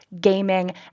gaming